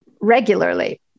regularly